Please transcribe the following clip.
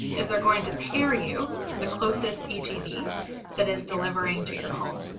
is they're going to pair you to the closest h e b that is delivering to your home.